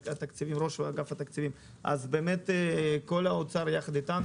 ראש אגף התקציבים כל משרד האוצר יחד אתנו,